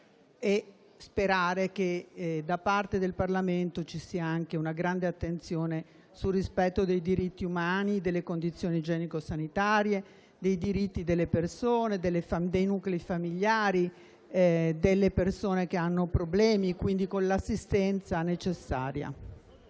e sperare che da parte del Parlamento sia prestata una grande attenzione al rispetto dei diritti umani, delle condizioni igienico-sanitarie, dei diritti delle persone, dei nuclei familiari e delle persone che hanno problemi, attraverso l'assistenza necessaria.